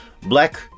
black